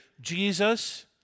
Jesus